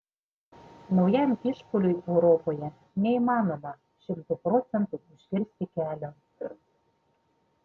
naujam išpuoliui europoje neįmanoma šimtu procentų užkirsti kelio